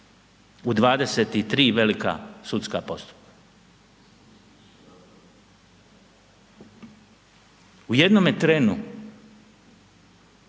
u 23 velika sudska postupka. U jednome trenu